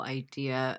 idea